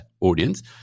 audience